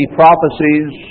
prophecies